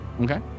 Okay